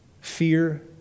Fear